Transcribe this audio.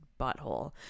butthole